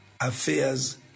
affairs